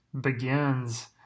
begins